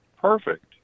Perfect